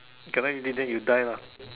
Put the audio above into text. you cannot even eat then you die lah